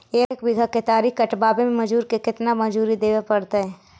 एक बिघा केतारी कटबाबे में मजुर के केतना मजुरि देबे पड़तै?